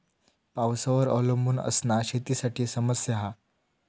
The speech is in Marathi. पावसावर अवलंबून असना शेतीसाठी समस्या हा